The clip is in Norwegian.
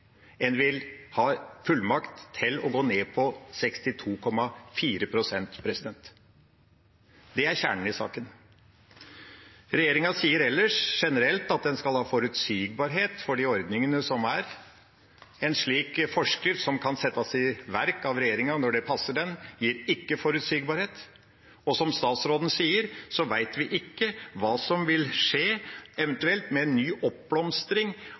En vil ha fullmakt til å gå ned på 62,4 pst. Det er kjernen i saken. Regjeringa sier ellers generelt at en skal ha forutsigbarhet for de ordningene som er. En slik forskrift, som kan settes i verk av regjeringa når det passer den, gir ikke forutsigbarhet. Og som statsråden sier: Vi vet ikke hva som vil skje, eventuelt med en ny oppblomstring